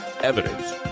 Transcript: evidence